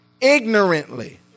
Ignorantly